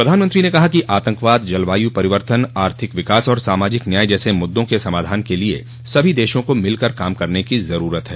प्रधानमंत्री ने कहा कि आतंकवाद जलवायु परिवर्तन आर्थिक विकास और सामाजिक न्याय जैसे मुद्दों के समाधान के लिए सभी देशों को मिलकर काम करने की जरूरत है